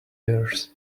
earth